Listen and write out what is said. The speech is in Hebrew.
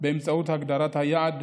באמצעות הגדרת היעד: